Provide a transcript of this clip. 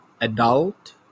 adult